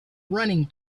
running